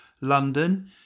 london